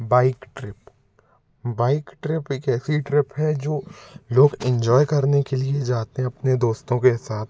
bike trip bike trip एक ऐसी trip है जो लोग इन्जॉय करने के लिए जाते हैं अपने दोस्तों के साथ